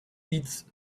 eats